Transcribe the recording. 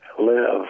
live